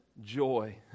joy